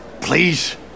Please